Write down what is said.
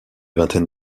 vingtaine